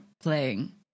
playing